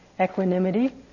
equanimity